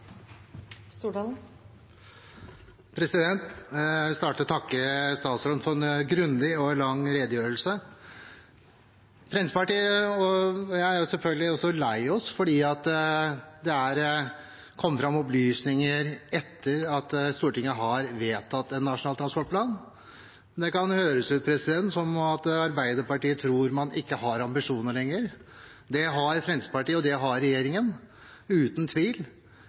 selvfølgelig også lei oss for at det har kommet fram opplysninger etter at Stortinget har vedtatt Nasjonal transportplan, men det kan høres ut som om Arbeiderpartiet tror man ikke har ambisjoner lenger. Det har Fremskrittspartiet, og det har regjeringen – uten tvil.